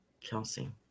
Kelsey